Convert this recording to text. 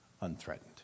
unthreatened